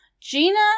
Gina